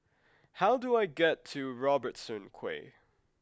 how do I get to Robertson Quay